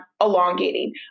elongating